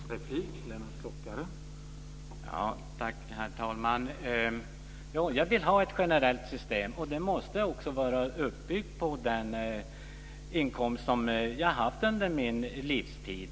Herr talman! Jo, jag vill ha ett generellt system, och det måste också vara uppbyggt på den inkomst som man har haft under sin livstid.